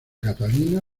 catalina